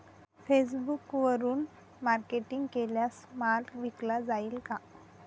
फेसबुकवरुन मार्केटिंग केल्यास माल विकला जाईल का?